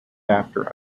after